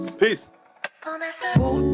peace